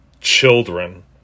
children